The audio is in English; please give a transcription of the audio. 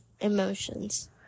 emotions